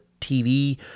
TV